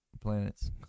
planets